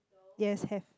yes have